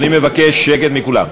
אני מבקש שקט מכולם,